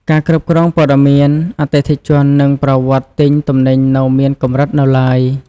ការគ្រប់គ្រងព័ត៌មានអតិថិជននិងប្រវត្តិទិញទំនិញនៅមានកម្រិតនៅឡើយ។